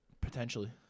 potentially